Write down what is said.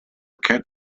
kent